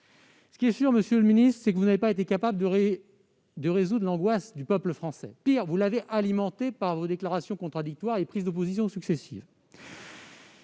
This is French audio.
Ce qui est sûr, monsieur le secrétaire d'État, c'est que vous n'avez pas été capables d'apaiser l'angoisse du peuple français. Pis, vous l'avez alimentée par vos déclarations contradictoires et vos prises de position successives.